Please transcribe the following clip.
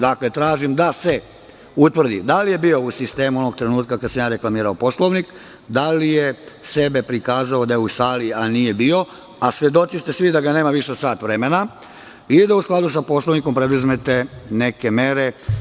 Znači, tražim da se utvrdi da li je on bio u sistemu onog trenutka kada sam ja reklamirao Poslovnik, da li je sebe prikazao kao da je u sali a nije bio, a svi ste svedoci da ga nema više od sat vremena i da, u skladu sa Poslovnikom, preduzmete neke mere.